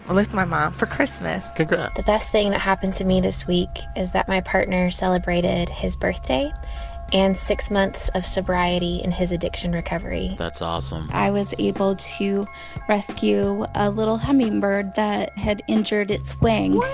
with my mom, for christmas congrats the best thing that happened to me this week is that my partner celebrated his birthday and six months of sobriety in his addiction recovery that's awesome i was able to rescue a little hummingbird that had injured its wing